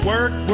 Work